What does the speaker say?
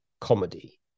comedy